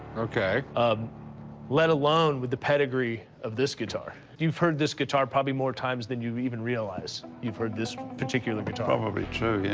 um let alone with the pedigree of this guitar. you've heard this guitar probably more times than you even realize. you've heard this particular guitar probably true, yeah.